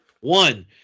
One